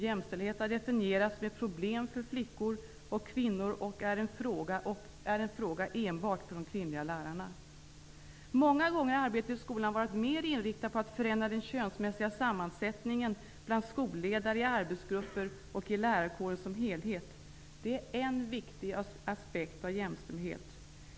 Jämställdhet har definierats som ett problem för flickor och kvinnor och är en fråga enbart för de kvinnliga lärarna. Många gånger har arbetet i skolan varit mer inriktat på att förändra den könsmässiga sammansättningen bland skolledare, i arbetsgrupper och i lärarkåren som helhet. Det är en viktig aspekt av jämställdhet.